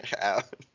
out